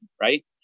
right